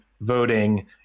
voting